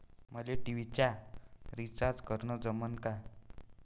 मले टी.व्ही चा रिचार्ज करन जमन का?